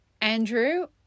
Andrew